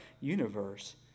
universe